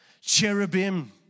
Cherubim